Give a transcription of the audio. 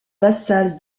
vassal